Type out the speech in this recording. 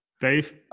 Dave